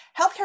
Healthcare